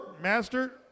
Master